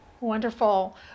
Wonderful